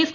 F